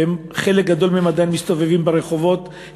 וחלק גדול מהם עדיין מסתובבים ברחובות,